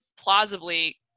plausibly